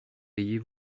ayez